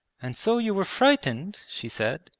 and so you were frightened she said,